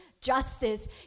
Justice